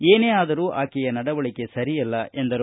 ಏನೆ ಆದರೂ ಆಕೆಯ ನಡವಳಿಕೆ ಸರಿಯಲ್ಲ ಎಂದರು